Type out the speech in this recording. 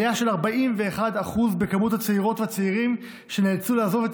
עלייה של 41% במספר הצעירות והצעירים שנאלצו לעזוב את